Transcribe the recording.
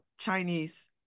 chinese